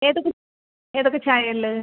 ഏതൊക്കെ ഏതൊക്കെ ചായ ഉള്ളത്